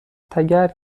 تگرگ